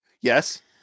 yes